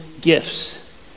gifts